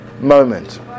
moment